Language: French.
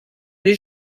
les